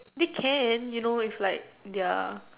they can you know it's like